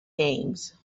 names